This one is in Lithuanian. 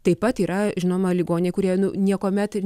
taip pat yra žinoma ligoniai kurie nu niekuomet ir